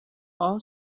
all